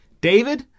David